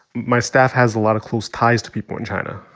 my staff has a lot of close ties to people in china.